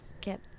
Get